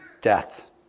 death